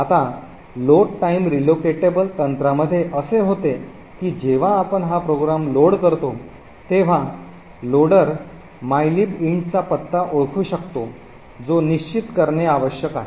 आता load time relocatable तंत्रामध्ये असे होते की जेव्हा आपण हा प्रोग्राम लोड करतो तेव्हा लोडर mylib int चा पत्ता ओळखू शकतो जो निश्चित करणे आवश्यक आहे